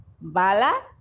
Bala